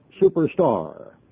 Superstar